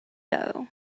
doe